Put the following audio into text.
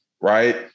Right